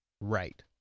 right